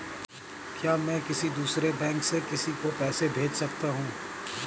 क्या मैं किसी दूसरे बैंक से किसी को पैसे भेज सकता हूँ?